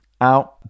Out